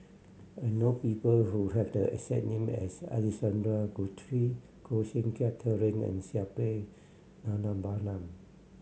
I know people who have the exact name as Alexander Guthrie Koh Seng Kiat Terence and Suppiah Dhanabalan